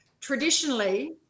traditionally